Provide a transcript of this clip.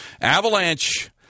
Avalanche